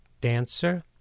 dancer